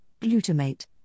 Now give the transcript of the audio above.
glutamate